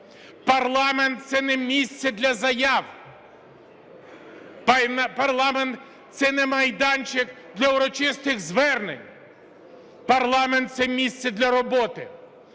Парламент – це не місце для заяв. Парламент – це не майданчик для урочистих звернень. Парламент – це місце для роботи.